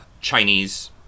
Chinese